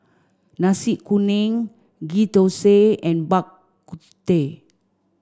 Nasi Kuning Ghee Thosai and Bak Kut Teh